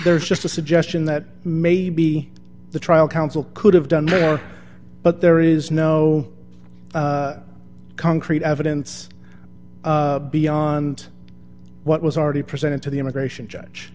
there's just a suggestion that maybe the trial counsel could have done that but there is no concrete evidence beyond what was already presented to the immigration judge